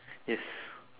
yes